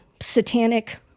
satanic